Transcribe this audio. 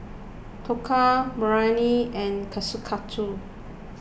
Dhokla Biryani and Kushikatsu